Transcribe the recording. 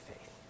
faith